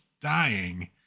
dying